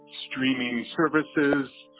ah streaming services.